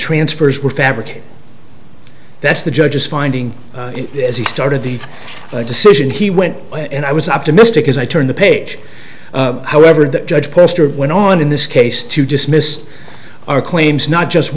transfers were fabricated that's the judge's finding as he started the decision he went and i was optimistic as i turned the page however that judge pastor went on in this case to dismiss our claims not just